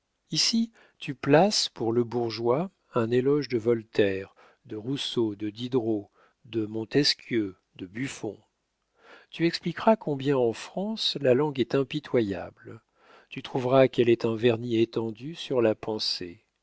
ici tu places pour le bourgeois un éloge de voltaire de rousseau de diderot de montesquieu de buffon tu expliqueras combien en france la langue est impitoyable tu prouveras qu'elle est un vernis étendu sur la pensée